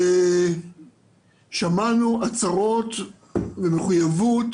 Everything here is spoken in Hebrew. ושמענו הצהרות ומחויבות